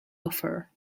offer